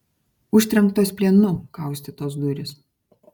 užtrenktos plienu kaustytos durys